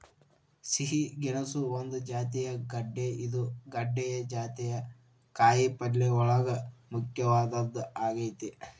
ಸಿಹಿ ಗೆಣಸು ಒಂದ ಜಾತಿಯ ಗೆಡ್ದೆ ಇದು ಗೆಡ್ದೆ ಜಾತಿಯ ಕಾಯಪಲ್ಲೆಯೋಳಗ ಮುಖ್ಯವಾದದ್ದ ಆಗೇತಿ